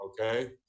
okay